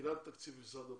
מבחינת תקציב משרד הבריאות.